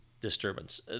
Disturbance